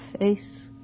face